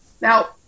Now